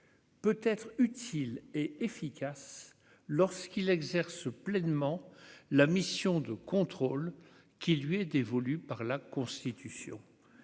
peut être utile et efficace lorsqu'il exerce pleinement la mission de contrôle qui lui est dévolu par la Constitution,